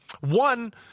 one